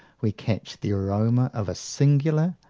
we catch the aroma of a singular,